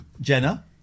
Jenna